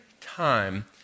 time